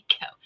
go